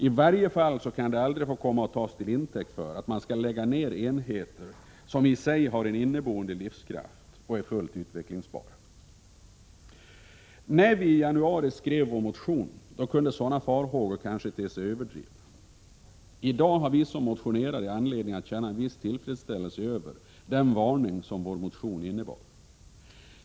I varje fall 29 kan det aldrig få komma att tas till intäkt för att lägga ned enheter som i sig har en inneboende livskraft och är fullt utvecklingsbara. När vi i januari skrev vår motion kunde sådana farhågor kanske te sig överdrivna. I dag har vi som motionerade anledning att känna en viss tillfredsställelse över den varning som vår motion innebar.